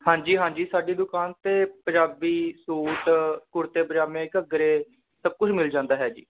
ਹਾਂਜੀ ਹਾਂਜੀ ਸਾਡੀ ਦੁਕਾਨ 'ਤੇ ਪੰਜਾਬੀ ਸੂਟ ਕੁੜਤੇ ਪਜਾਮੇ ਘੱਗਰੇ ਸਭ ਕੁਛ ਮਿਲ ਜਾਂਦਾ ਹੈ ਜੀ